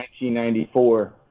1994